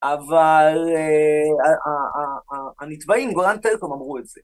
אבל ה... הנתבעים גולן טלקום אמרו את זה.